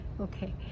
Okay